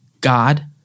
God